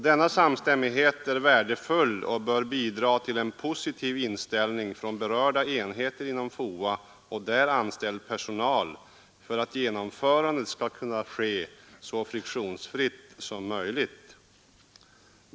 Denna samstämmighet är värdefull och bör bidra till en positiv inställning från berörda enheter inom FOA och där anställd personal, för att genomförandet skall kunna ske så friktionsfritt som möjligt.